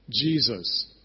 Jesus